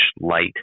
light